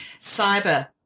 cyber